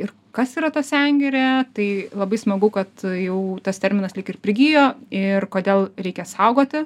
ir kas yra ta sengirė tai labai smagu kad jau tas terminas lyg ir prigijo ir kodėl reikia saugoti